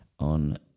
on